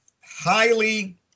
highly